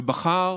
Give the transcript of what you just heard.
הוא בחר